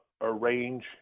arrange